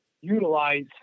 utilize